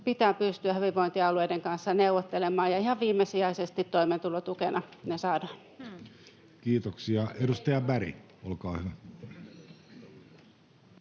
pitää pystyä hyvinvointialueiden kanssa neuvottelemaan, ja ihan viimesijaisesti toimeentulotukena ne saadaan. Kiitoksia. — Edustaja Berg, olkaa hyvä.